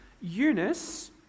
Eunice